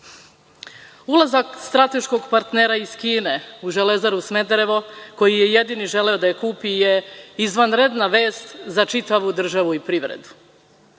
B“.Ulazak strateškog partnera iz Kine u „Železaru Smederevo“, koji je jedini želeo da kupi, je izvanredna vest za čitavu državu i privredu.